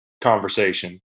conversation